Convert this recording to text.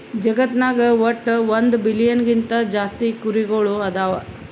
ಜಗತ್ನಾಗ್ ವಟ್ಟ್ ಒಂದ್ ಬಿಲಿಯನ್ ಗಿಂತಾ ಜಾಸ್ತಿ ಕುರಿಗೊಳ್ ಅದಾವ್